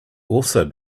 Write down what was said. also